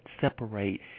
separate